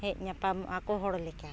ᱦᱮᱡ ᱧᱟᱯᱟᱢᱚᱜ ᱟᱠᱚ ᱦᱚᱲ ᱞᱮᱠᱟ